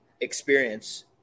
experience